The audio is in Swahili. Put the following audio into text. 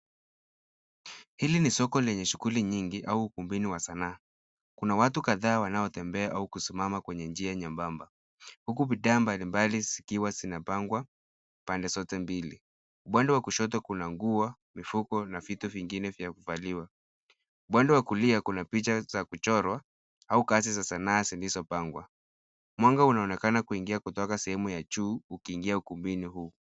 Hili ni soko lenye shughuli nyingi au ukumbini wa sanaa. Kuna watu kadhaa wanaotembea au kusimama kwenye njia nyembamba, huku bidhaa mbali mbali zikiwa zinapangwa pande zote mbili. Upande wa kushoto kuna nguo, mifuko na vitu vingine vya kuvaliwa. Upande wa kulia kuna picha za kuchorwa au kazi za sanaa zilizopangwa. Mwanga unaonekana kuingia kutoka sehemu ya juu ukiingia ukumbini huu.